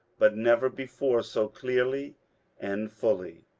but never before so clearly and fully.